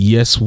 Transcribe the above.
Yes